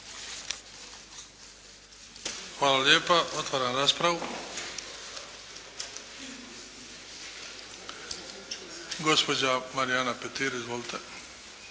Hvala lijepa. Otvaram raspravu. Gospođa Marijana Petir. Izvolite.